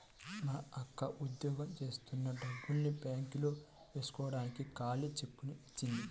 మా అక్క ఉద్యోగం జేత్తన్న డబ్బుల్ని బ్యేంకులో వేస్కోడానికి ఖాళీ చెక్కుని ఇచ్చింది